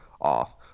off